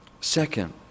Second